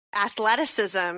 athleticism